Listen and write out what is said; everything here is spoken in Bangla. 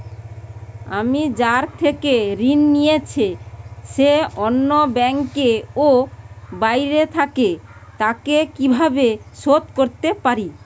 আমি যার থেকে ঋণ নিয়েছে সে অন্য ব্যাংকে ও বাইরে থাকে, তাকে কীভাবে শোধ করতে পারি?